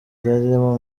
ryarimo